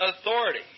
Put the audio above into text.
authority